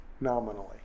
nominally